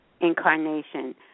incarnation